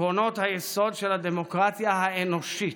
עקרונות היסוד של הדמוקרטיה האנושית,